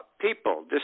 People